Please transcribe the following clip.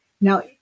Now